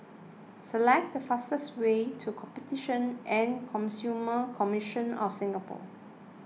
select the fastest way to Competition and Consumer Commission of Singapore